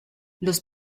los